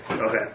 okay